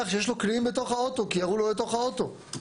שיש לו קליעים בתוך האוטו כי ירו לו לתוך האוטו.